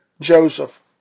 Joseph